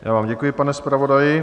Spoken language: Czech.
Já vám děkuji, pane zpravodaji.